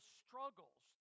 struggles